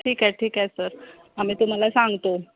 ठीक आहे ठीक आहे सर आम्ही तुम्हाला सांगतो